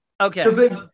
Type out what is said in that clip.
Okay